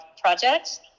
projects